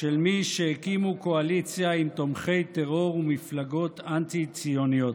של מי שהקימו קואליציה עם תומכי טרור ומפלגות אנטי-ציוניות.